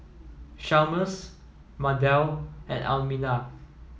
Chalmers Mardell and Almina